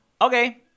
Okay